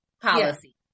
policy